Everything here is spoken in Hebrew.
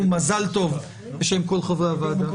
ומזל טוב, בשם כל חברי הוועדה.